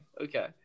okay